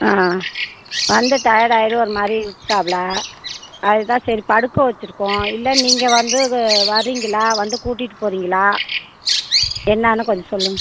ஆ வந்து டயட் ஆகி ஒரு மாதிரி விழுந்துட்டாப்ல அதுதான் சரி படுக்க வைச்சுருக்கோம் இல்லை நீங்கள் வந்து வரிங்களா வந்து கூட்டிகிட்டு போறிங்களா என்னன்னு கொஞ்சம் சொல்லுங்கள்